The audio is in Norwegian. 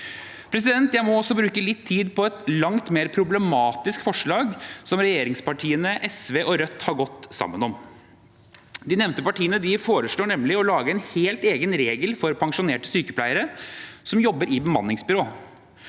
Jeg må også bruke litt tid på et langt mer problematisk forslag til vedtak, som regjeringspartiene, SV og Rødt har gått sammen om. De nevnte partiene foreslår nemlig å lage en helt egen regel for pensjonerte sykepleiere som jobber i bemanningsbyrå.